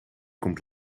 komt